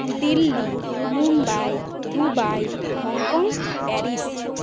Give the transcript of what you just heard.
Delhi Mumbai Dubai Hong Kong Paris